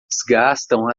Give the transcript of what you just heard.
desgastam